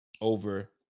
over